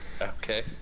Okay